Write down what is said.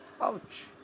Ouch